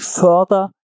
further